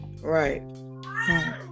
Right